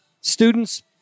students